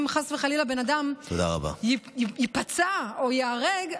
אם חס וחלילה בן אדם ייפצע או ייהרג,